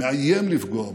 מאיים לפגוע בו,